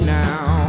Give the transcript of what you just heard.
now